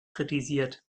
kritisiert